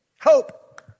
Hope